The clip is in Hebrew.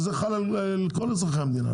זה חל על כל אזרחי המדינה.